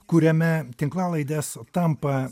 kuriame tinklalaidės tampa